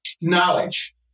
knowledge